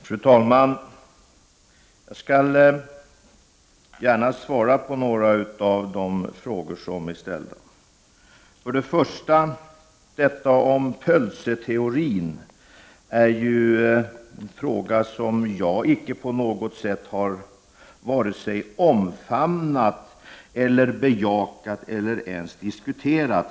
Fru talman! Jag skall gärna svara på några av de frågor som har ställts. Pölseteorin är någonting som jag icke på något sätt har vare sig omfattat eller bejakat eller ens diskuterat.